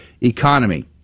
economy